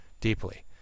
deeply